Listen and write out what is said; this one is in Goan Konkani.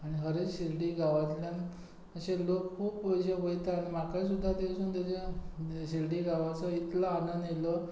आनी खरेंच शिरडी गांवांतल्यान अशें लोक खूब गोंयचे वयता आनी म्हाका सुद्दां थंयसून थंयसून शिरडी गांवाचो इतलो आनंद येयलो